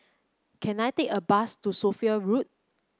can I take a bus to Sophia Road